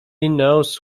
knows